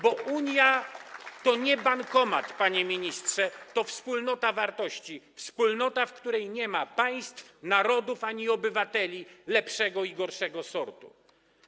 Bo Unia to nie bankomat, panie ministrze, to wspólnota wartości, wspólnota, w której nie ma państw, narodów, ani obywateli lepszego i gorszego sortu.